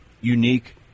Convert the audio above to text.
unique